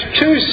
two